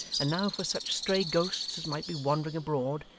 and now for such stray ghosts as might be wandering abroad,